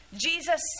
Jesus